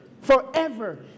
forever